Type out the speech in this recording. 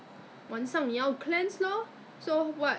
洗不掉 leh I don't know I feel very oily